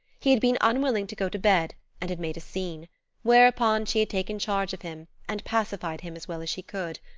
he had been unwilling to go to bed and had made a scene whereupon she had taken charge of him and pacified him as well as she could.